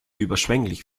überschwänglich